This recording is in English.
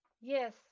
Yes